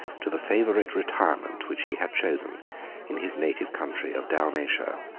to the favorite retirement which he had chosen in his native country of dalmatia.